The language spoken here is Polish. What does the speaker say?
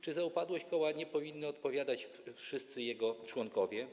Czy za upadłość koła nie powinni odpowiadać wszyscy jego członkowie?